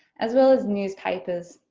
as well as newspapers,